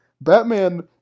Batman